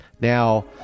Now